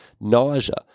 nausea